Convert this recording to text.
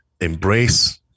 embrace